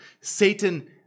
Satan